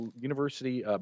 university